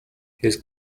his